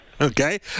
Okay